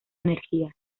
energía